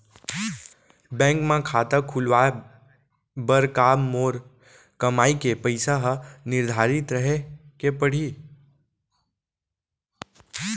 Bank म खाता खुलवाये बर का मोर कमाई के पइसा ह निर्धारित रहे के पड़ही?